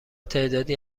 تعدادی